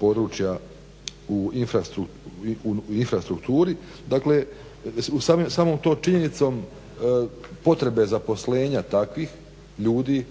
područja u infrastrukturi. Dakle, samom tom činjenicom potrebe zaposlenja takvih ljudi,